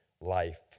life